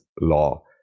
law